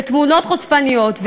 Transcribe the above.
ותמונות חושפניות,